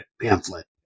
pamphlet